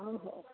ହଁ ହଉ